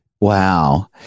wow